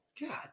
God